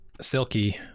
Silky